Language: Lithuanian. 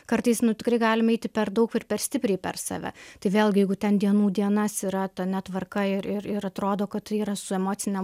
kartais nu tikrai galim eiti per daug ir per stipriai per save tai vėlgi jeigu ten dienų dienas yra ta netvarka ir ir atrodo kad tai yra su emocine